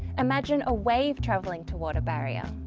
imagine a wave traveling toward a barrier.